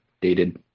dated